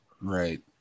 right